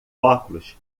óculos